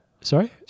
Sorry